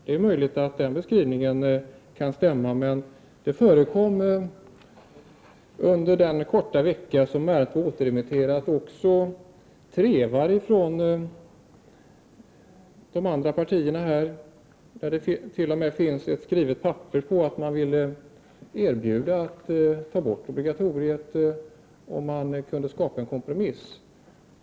Det är möjligt att den beskrivningen kan stämma, men det förekom under den korta vecka som ärendet var återremitterat även trevare från de andra partierna. Det finns t.o.m. ett skrivet papper där man erbjöd sig att avskaffa obligatoriet om man kunde skapa en kompromiss.